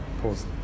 pause